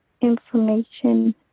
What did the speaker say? information